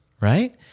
right